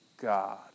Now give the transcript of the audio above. God